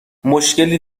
مشکی